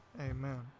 amen